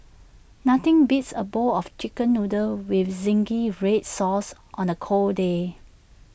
nothing beats A bowl of Chicken Noodles with Zingy Red Sauce on A cold day